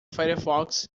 firefox